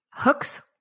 Hooks